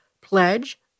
pledge